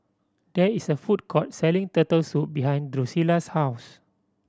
there is a food court selling Turtle Soup behind Drusilla's house